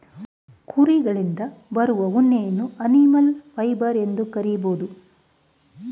ಕುರಿಗಳಿಂದ ಬರುವ ಉಣ್ಣೆಯನ್ನು ಅನಿಮಲ್ ಫೈಬರ್ ಎಂದು ಕರಿಬೋದು